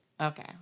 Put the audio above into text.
Okay